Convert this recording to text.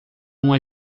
uma